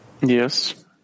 Yes